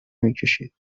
میکشید